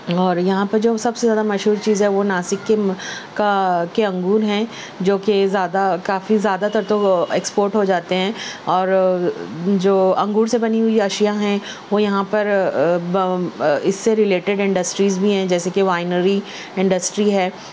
اور یہاں پر جو سب سے زیادہ مشہور چیز ہے وہ ناسک کے کا کے انگور ہیں جو کہ زیادہ کافی زیادہ تر تو وہ اکسپورٹ ہو جاتے ہیں اور جو انگور سے بنی ہوئی اشیاء ہیں وہ یہاں پر اس سے ریلیٹیڈ انڈسٹریز بھی ہیں جیسے کہ وائنری انڈسٹری ہے